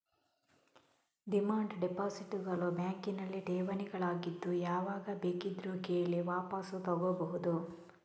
demand deposit ಗಳು ಬ್ಯಾಂಕಿನಲ್ಲಿ ಠೇವಣಿಗಳಾಗಿದ್ದು ಯಾವಾಗ ಬೇಕಿದ್ರೂ ಕೇಳಿ ವಾಪಸು ತಗೋಬಹುದು